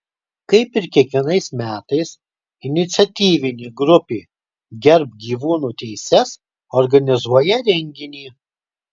kaip ir kiekvienais metais iniciatyvinė grupė gerbk gyvūnų teises organizuoja renginį